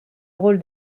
rôle